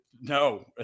No